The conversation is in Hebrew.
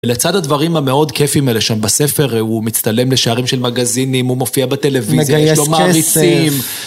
לצד הדברים המאוד כיפים האלה שם בספר, הוא מצטלם לשערים של מגזינים, הוא מופיע בטלוויזיה. -מגייס כסף. -יש לו מעריצים.